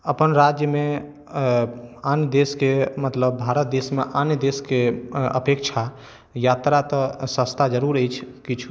अपन राज्य मे आन देश के मतलब भारत देश मे आन देश के अपेक्षा यात्रा तऽ सस्ता जरूर अछि किछु